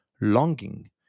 longing